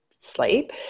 sleep